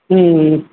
ம் ம் ம்